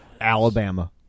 Alabama